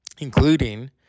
including